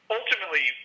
ultimately